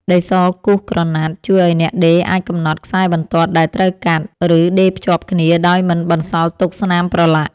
ដីសគូសក្រណាត់ជួយឱ្យអ្នកដេរអាចកំណត់ខ្សែបន្ទាត់ដែលត្រូវកាត់ ឬដេរភ្ជាប់គ្នាដោយមិនបន្សល់ទុកស្នាមប្រឡាក់។